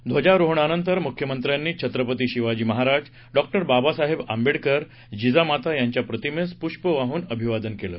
ध्वजारोहणानंतर मुख्यमंत्र्यांनी छत्रपती शिवाजी महाराज डॉ बाबासाहेब आंबेडकर जिजाऊ माँ साहेब यांच्या प्रतिमेस पुष्प वाहून अभिवादन केले